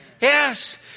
Yes